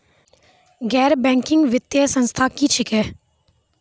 गैर बैंकिंग वित्तीय संस्था की छियै?